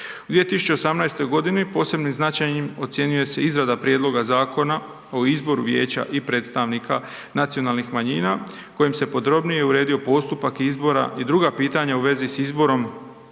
U 2018. g. posebno značajnim ocjenjuje se izrada prijedloga zakona o izboru Vijeća i predstavnika nacionalnih manjina kojim se podrobnije uredio postupak izbora i druga pitanja u vezi s izborom